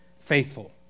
faithful